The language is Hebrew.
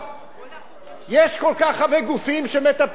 יש כל כך הרבה גופים שמטפלים בניצולי שואה,